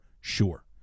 sure